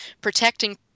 protecting